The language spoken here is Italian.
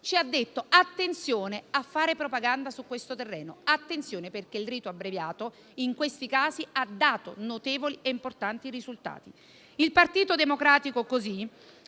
di stare attenti a non fare propaganda su questo terreno, perché il rito abbreviato in questi casi ha dato notevoli e importanti risultati. Il Partito Democratico ha